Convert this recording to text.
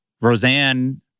Roseanne